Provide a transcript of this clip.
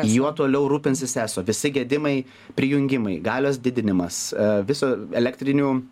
juo toliau rūpinsis eso visi gedimai prijungimai galios didinimas viso elektrinių